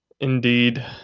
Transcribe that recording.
indeed